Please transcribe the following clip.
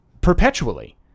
perpetually